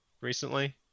recently